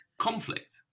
conflict